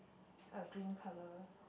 a green colour